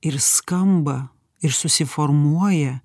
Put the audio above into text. ir skamba ir susiformuoja